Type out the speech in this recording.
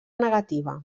negativa